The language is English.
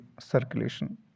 circulation